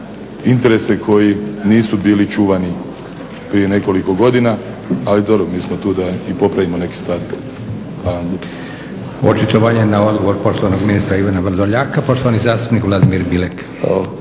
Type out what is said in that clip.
interese koji nisu bili čuvani prije nekoliko godina, ali dobro mi smo tu da i popravimo neke stvari.